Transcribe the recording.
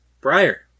Briar